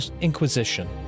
inquisition